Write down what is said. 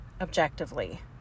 objectively